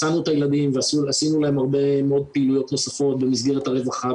מצאנו את הילדים ועשינו להם הרבה מאוד פעילויות נוספות במסגרת הרווחה,